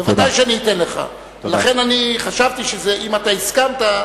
ודאי שאני אתן לך, לכן אני חשבתי שאם אתה הסכמת,